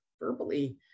verbally